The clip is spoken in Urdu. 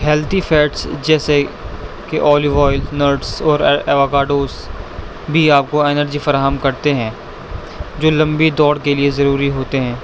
ہیلتھی فیٹس جیسے کہ اولیو آئل نٹس اور اواکاڈوس بھی آپ کو انرجی فراہم کرتے ہیں جو لمبی دوڑ کے لیے ضروری ہوتے ہیں